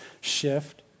shift